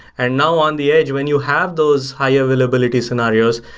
and now on the edge, when you have those high availability scenarios,